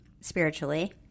spiritually